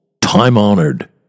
time-honored